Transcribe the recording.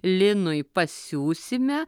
linui pasiųsime